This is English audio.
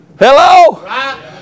hello